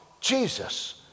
Jesus